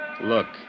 Look